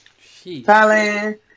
Thailand